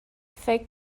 فکر